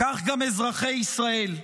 כך גם אזרחי ישראל.